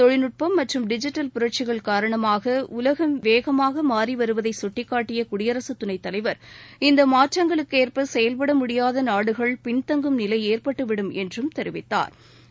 தொழில்நுட்பம் மற்றும் டிஜிட்டல் புரட்சிகள் காரணமாக உலகம் வேகமாக மாறி வருவதை கட்டிகாட்டிய குடியரசுத் துணைத்தலைவர் இந்த மாற்றங்களுக்கேற்ப செயல்பட முடியாத நாடுகள் பின்தங்கும் நிலை ஏற்பட்டு விடும் என்றும் தெரிவித்தாா்